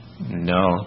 No